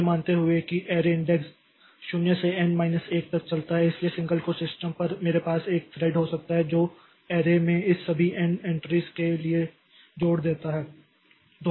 तो यह मानते हुए कि ऐरे इंडेक्स 0 से एन माइनस 1 तक चलता है इसलिए सिंगल कोर सिस्टम पर मेरे पास एक थ्रेड हो सकता है जो एरे में इस सभी एन एंट्रीज के लिए जोड़ देता है